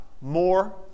more